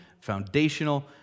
foundational